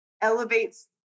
elevates